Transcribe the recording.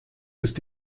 ist